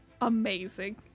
Amazing